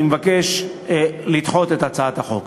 אני מבקש לדחות את הצעת החוק.